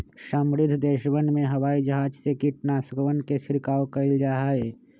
समृद्ध देशवन में हवाई जहाज से कीटनाशकवन के छिड़काव कइल जाहई